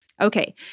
Okay